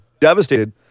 devastated